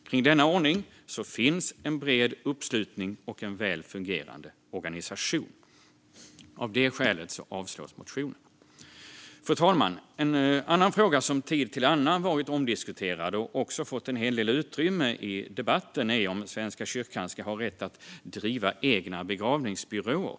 Kring denna ordning finns en bred uppslutning och en väl fungerande organisation. Av det skälet föreslås att motionen avslås. Fru talman! En annan fråga som från tid till annan varit omdiskuterad och också fått en hel del utrymme i debatten är om Svenska kyrkan ska ha rätt att driva egna begravningsbyråer.